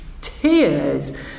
tears